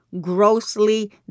grossly